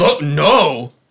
No